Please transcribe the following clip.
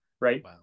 Right